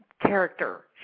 character